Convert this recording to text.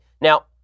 Now